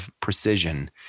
precision